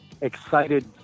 excited